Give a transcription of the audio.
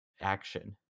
action